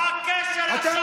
מה הקשר עכשיו,